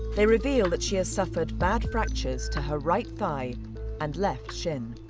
they reveal that she has suffered bad fractures to her right thigh and left shin.